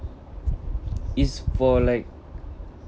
it's for like